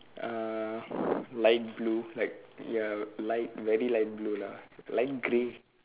uh light blue like ya light very light blue lah light grey